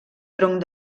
tronc